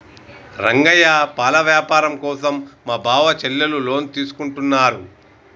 రంగయ్య పాల వ్యాపారం కోసం మా బావ చెల్లెలు లోన్ తీసుకుంటున్నారు